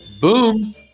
boom